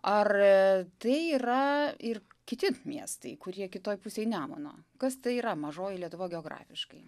ar tai yra ir kiti miestai kurie kitoj pusėj nemuno kas tai yra mažoji lietuva geografiškai